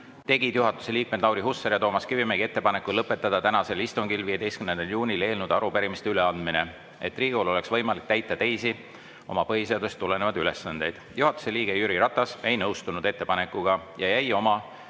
tegid juhatuse liikmed Lauri Hussar ja Toomas Kivimägi tegid ettepaneku lõpetada tänasel istungil, 15. juunil eelnõude ja arupärimiste üleandmine, et Riigikogul oleks võimalik täita oma teisi põhiseadusest tulenevaid ülesandeid. Juhatuse liige Jüri Ratas ei nõustunud ettepanekuga ja jäi oma